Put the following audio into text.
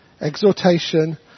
exhortation